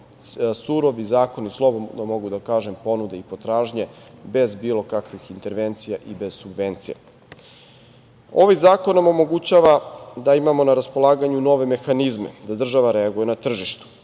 surovi zakoni, slobodno mogu da kažem, ponude i potražnje bez bilo kakvih intervencija i bez bilo kakvih subvencija. Ovaj zakon omogućava da imamo na raspolaganju nove mehanizme, da država reaguje na tržištu